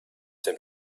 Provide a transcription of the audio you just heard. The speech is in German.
dem